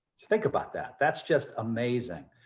think about that, that's just amazing.